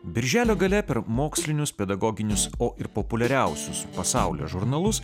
birželio gale per mokslinius pedagoginius o ir populiariausius pasaulio žurnalus